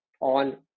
on